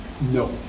no